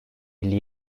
elli